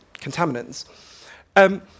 contaminants